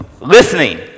listening